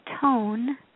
tone